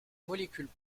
molécules